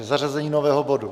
Zařazení nového bodu.